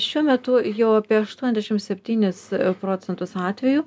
šiuo metu jau apie aštuoniasdešim septynis procentus atvejų